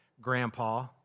grandpa